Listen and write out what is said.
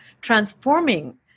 transforming